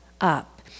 up